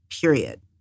period